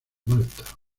malta